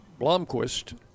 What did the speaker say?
Blomquist